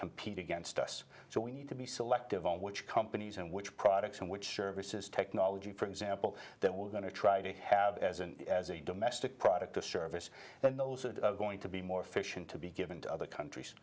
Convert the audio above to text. compete against us so we need to be selective on which companies in which products and which services technology for example that we're going to try to have as an as a domestic product or service and those are going to be more efficient to be given to other countries